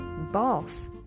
boss